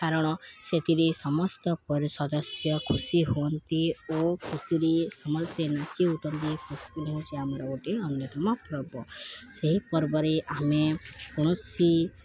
କାରଣ ସେଥିରେ ସମସ୍ତ ପ ସଦସ୍ୟ ଖୁସି ହୁଅନ୍ତି ଓ ଖୁସିରେ ସମସ୍ତେ ନାଚି ଉଠନ୍ତି ହେଉଛି ଆମର ଗୋଟିଏ ଅନ୍ୟତମ ପର୍ବ ସେହି ପର୍ବରେ ଆମେ କୌଣସି